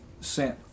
sent